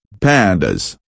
Pandas